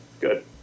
Good